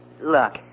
look